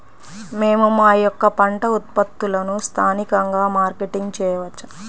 మేము మా యొక్క పంట ఉత్పత్తులని స్థానికంగా మార్కెటింగ్ చేయవచ్చా?